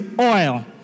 oil